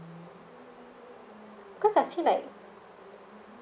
cause I feel like